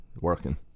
working